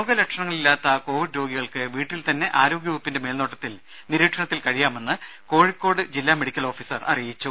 രോഗലക്ഷണങ്ങളില്ലാത്ത Covid രോഗികൾക്ക് വീട്ടിൽ തന്നെ ആരോഗ്യവകുപ്പിന്റെ മേൽ നോട്ടത്തിൽ നിരീക്ഷണത്തിൽ കഴിയാമെന്ന് കോഴിക്കോട് ജില്ലാ മെഡിക്കൽ ഓഫീസർ അറിയിച്ചു